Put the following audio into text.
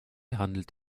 handelt